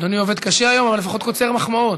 אדוני עובד קשה היום, אבל לפחות קוצר מחמאות.